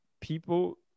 people